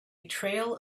trail